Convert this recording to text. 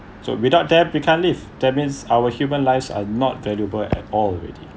so without them we can't live that means our human lives are not valuable at all already